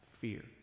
fear